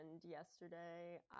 yesterday